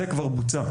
זה כבר בוצע.